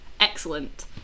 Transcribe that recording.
excellent